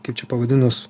kaip čia pavadinus